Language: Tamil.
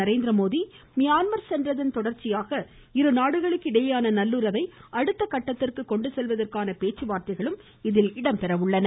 நரேந்திரமோடி மியான்மர் சென்றதன் இடையோன தொடர்ச்சியாக இருநாடுகளுக்கு நல்லுறவை அடுத்தக்கட்டத்திற்கு கொண்டுசெல்வதற்கான பேச்சுவார்த்தைகளம் இதில் இடம்பெறும்